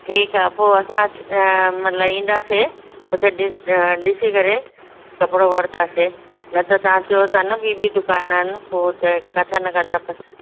ठीकु आहे पोइ असां मतिलबु ईंदासे उते ॾिस ॾिसी करे कपिड़ो वठंदासीं न त तव्हां चयो ता न ॿी बि दुकानु आहे न पोइ त किथां न किथां